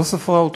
לא ספרה אותם.